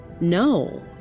No